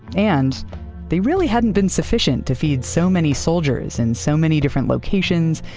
and they really hadn't been sufficient to feed so many soldiers, in so many different locations,